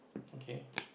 okay